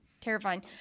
terrifying